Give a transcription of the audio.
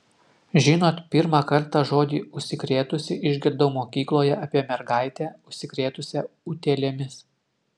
žinot pirmą kartą žodį užsikrėtusi išgirdau mokykloje apie mergaitę užsikrėtusią utėlėmis